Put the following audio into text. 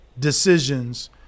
decisions